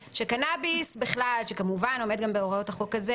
שקנאביס בכלל שכמובן עומד בהוראות החוק הזה